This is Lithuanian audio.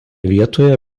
vietoje